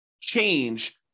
change